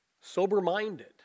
sober-minded